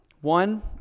One